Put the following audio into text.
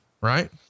right